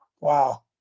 Wow